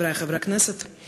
חברי חברי הכנסת,